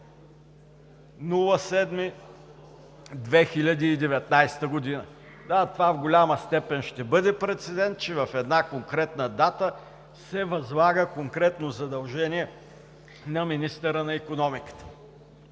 28.07.2019 г.“ Да, в голяма степен ще бъде прецедент, че в една конкретна дата се възлага конкретно задължение на министъра на икономиката.